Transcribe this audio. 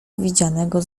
widzianego